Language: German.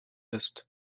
ist